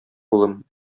улым